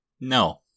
No